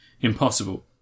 impossible